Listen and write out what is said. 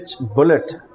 bullet